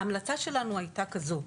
ההמלצה שלנו הייתה כזו,